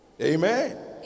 Amen